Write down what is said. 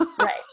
right